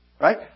Right